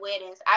weddings